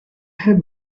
have